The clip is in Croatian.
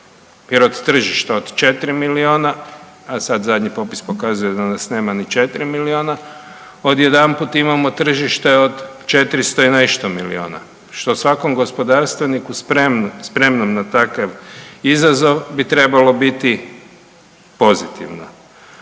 jer od tržišta od 4 milijuna, a sad zadnji popis pokazuje da nas nema ni 4 milijuna, odjedanput imamo tržište od 400 i nešto milijuna, što svakom gospodarstveniku spremnom na takav izazov bi trebalo biti pozitivno.